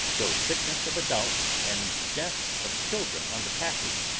though sickness of adults, and deaths of children, on the passage,